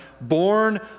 born